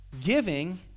giving